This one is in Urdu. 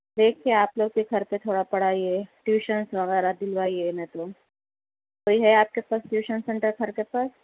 دیکھئے آپ لوگ بھی گھر پہ تھوڑا پڑھایئے ٹیوشنس وغیرہ بھی دلوایئے مرے کو کوئی ہے آپ کے پاس ٹیوشن سینٹر گھر کے پاس